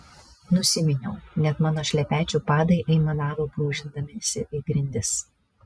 nusiminiau net mano šlepečių padai aimanavo brūžindamiesi į grindis